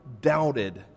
doubted